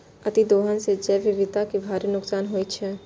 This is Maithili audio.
अतिदोहन सं जैव विविधता कें भारी नुकसान होइ छै